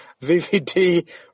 VVD